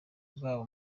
bwabo